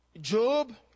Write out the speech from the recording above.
Job